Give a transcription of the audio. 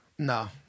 No